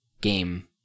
game